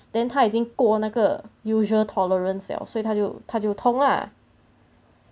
then 他已经过那个 usual tolerance liao 所以他就他就痛 lah